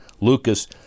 Lucas